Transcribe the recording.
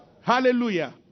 Hallelujah